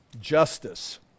Justice